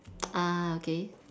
okay